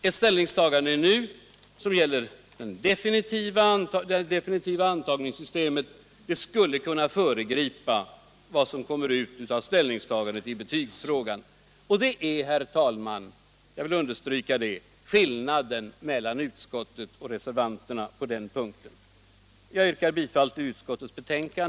Ett ställningstagande nu skulle kunna föregripa vad som kommer ut av ställningstagandet 'i betygsfrågan. Detta, herr talman, är — jag vill understryka det — skillnaden mellan utskottsmajoriteten och reservanterna på den här punkten.